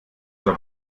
zur